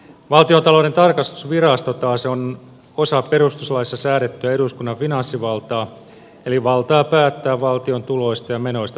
valtiontalouden tarkastusvirasto taas on osa perustuslaissa säädettyä eduskunnan finanssivaltaa eli valtaa päättää valtion tuloista ja menoista turvaavaa järjestelyä